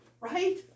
right